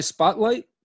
Spotlight